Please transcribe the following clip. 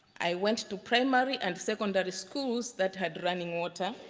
i went to primary and secondary schools that had running water.